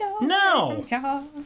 No